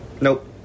Nope